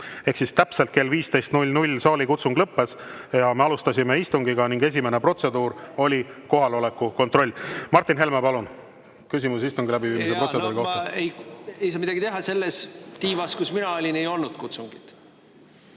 minutit. Täpselt kell 15 saalikutsung lõppes ja me alustasime istungit ning esimene protseduur oli kohaloleku kontroll. Martin Helme, palun, küsimus istungi läbiviimise protseduuri kohta! No ei saa midagi teha. Selles tiivas, kus mina olin, ei olnud kutsungit.